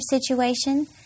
situation